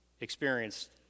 experienced